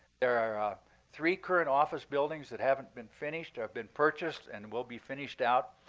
there are three current office buildings that haven't been finished or have been purchased and will be finished out,